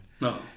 No